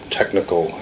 technical